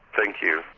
thank you.